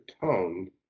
tongue